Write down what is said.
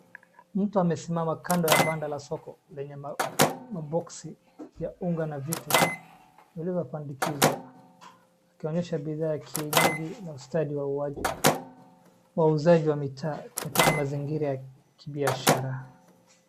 Mtu amesimama kando ya banda la soko lenye maboksi ya unga na vitu vilivyo pandikizwa. Akionyesha bidhaa ya kienyeji na ustadi wa uwanja wa uzaji wa mitaa katika mazingira ya kibiashara.